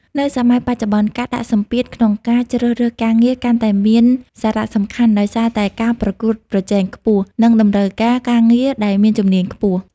នៅសម័យបច្ចុប្បន្ន ការដាក់សម្ពាធក្នុងការជ្រើសរើសការងារកាន់តែមានសារៈសំខាន់ ដោយសារតែការប្រកួតប្រជែងខ្ពស់ និងតម្រូវការការងារដែលមានជំនាញខ្ពស់។